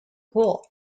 cool